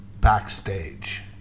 backstage